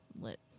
lit